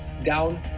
down